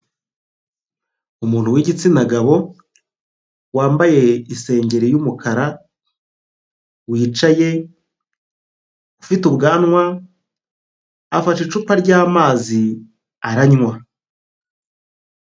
Umuntu w'igitsina gabo wambaye isengeri y'umukara, wicaye ufite ubwanwa, afashe icupa ry'amazi aranywa.